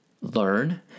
learn